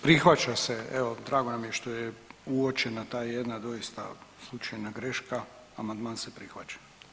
Prihvaća se, evo drago nam je što je uočena ta jedna doista slučajna greška, amandman se prihvaća.